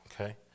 Okay